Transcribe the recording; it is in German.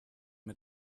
mir